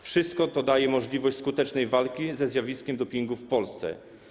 Wszystko to daje możliwość skutecznej walki ze zjawiskiem dopingu w Polsce.